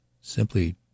Simply